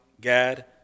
gad